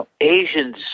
Asians